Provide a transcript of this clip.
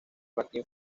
martín